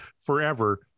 forever